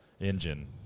engine